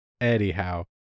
Anyhow